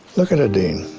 look at a dean.